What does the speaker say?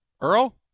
Earl